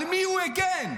על מי הוא הגן?